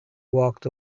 walked